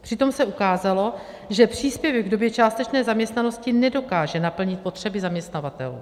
Přitom se ukázalo, že příspěvek v době částečné zaměstnanosti nedokáže naplnit potřeby zaměstnavatelů.